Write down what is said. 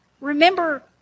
remember